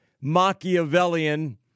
Machiavellian